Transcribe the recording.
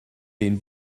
den